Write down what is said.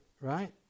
Right